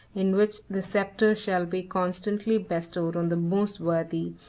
in which the sceptre shall be constantly bestowed on the most worthy,